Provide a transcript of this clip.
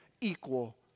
equal